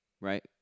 right